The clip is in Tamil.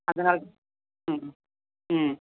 அதனால தான் ம் ம்